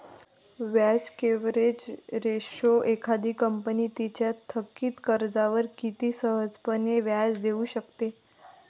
व्याज coverage ratio एखादी company तिच्या थकित कर्जावर किती सहजपणे व्याज देऊ शकते